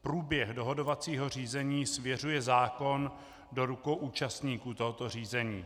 Průběh dohodovacího řízení svěřuje zákon do rukou účastníků tohoto řízení.